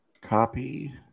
Copy